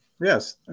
Yes